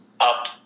up